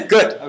Good